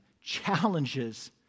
challenges